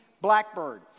blackbird